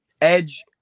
Edge